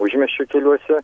užmiesčio keliuose